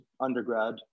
undergrad